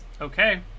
Okay